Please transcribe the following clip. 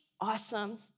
awesome